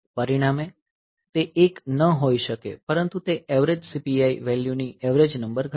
પરિણામે તે 1 ન હોઈ શકે પરંતુ તે એવરેજ CPI વેલ્યુની એવરેજ નંબર ઘટાડશે